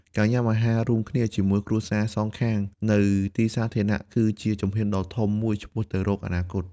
ការញ៉ាំអាហាររួមគ្នាជាមួយគ្រួសារសងខាងនៅទីសាធារណៈ គឺជាជំហានដ៏ធំមួយឆ្ពោះទៅរកអនាគត។